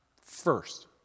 first